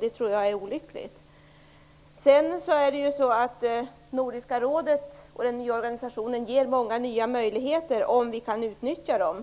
Det tror jag är olyckligt. Nordiska rådets nya organisation ger många nya möjligheter om vi kan utnyttja dem.